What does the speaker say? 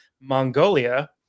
Mongolia